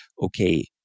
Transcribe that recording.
okay